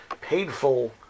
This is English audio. painful